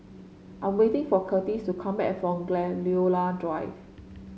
I'm waiting for Curtis to come back from Gladiola Drive